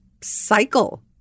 cycle